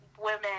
women